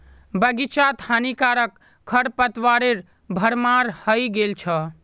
बग़ीचात हानिकारक खरपतवारेर भरमार हइ गेल छ